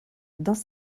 dans